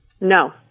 No